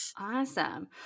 Awesome